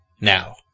now